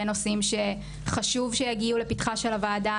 נושאים שחשוב שיגיעו לפתחה של הוועדה,